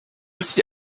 aussi